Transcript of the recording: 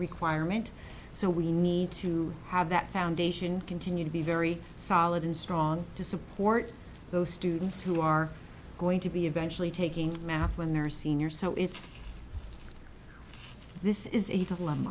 requirement so we need to have that foundation continue to be very solid and strong to support those students who are going to be eventually taking math when they're senior so it's this is a